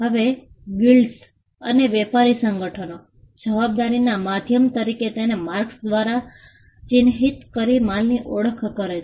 હવે ગિલ્ડ્સ અને વેપારી સંગઠનો જવાબદારીના માધ્યમ તરીકે તેને માર્કસ દ્વારા ચિહ્નિત કરીને માલની ઓળખ કરે છે